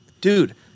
dude